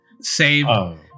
saved